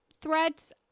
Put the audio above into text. Threads